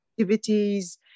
activities